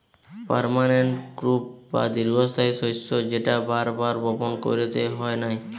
permanent crop বা দীর্ঘস্থায়ী শস্য যেটা বার বার বপণ কইরতে হয় নাই